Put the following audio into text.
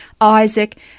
Isaac